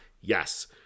Yes